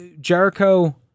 Jericho